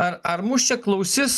ar ar mus čia klausis